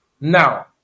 Now